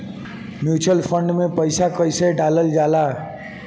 Mutual fund मे पईसा कइसे डालल जाला?